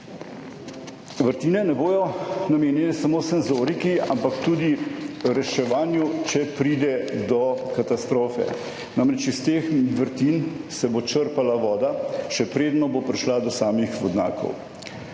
Vrtine, ne bodo namenjene samo senzoriki, ampak tudi reševanju, če pride do katastrofe. Namreč iz teh vrtin se bo črpala voda, še preden bo prišla do samih vodnjakov